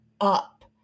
up